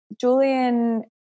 Julian